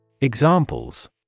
Examples